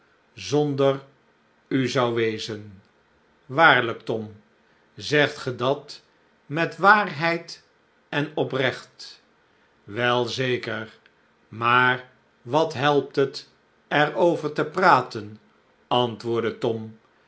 zonder u zou wezen waarlijk tom zegt ge dat met waarheid en oprecht wel zeker maar wat helpt het er over te praten antwoordde tom